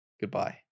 goodbye